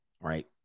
right